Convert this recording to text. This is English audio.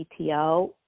CTO